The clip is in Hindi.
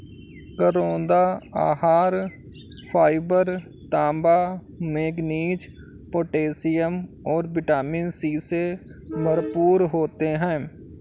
करौंदा आहार फाइबर, तांबा, मैंगनीज, पोटेशियम और विटामिन सी से भरपूर होते हैं